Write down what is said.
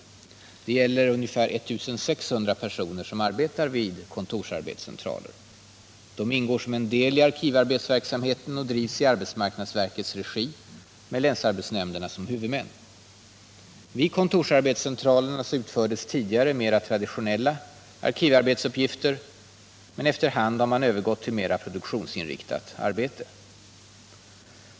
Det gäller ungefär 1 600 personer som arbetar vid kontorsarbetscentraler. De ingår som en del i arkivarbetsverksamheten, och den drivs i arbetsmarknadsverkets regi med länsarbetsnämnderna som huvudmän. Vid kontorsarbetscentralerna utfördes tidigare mer traditionella arkivarbetsuppgifter, men efter hand har man övergått till mer produktionsinriktat arbete.